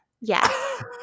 yes